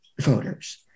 voters